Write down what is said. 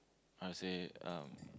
how to say um